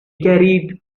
carried